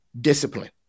discipline